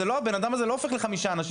האדם הזה לא הופך לחמישה אנשים.